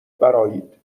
برآیید